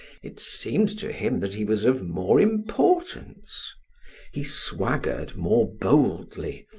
it seemed to him that he was of more importance he swaggered more boldly,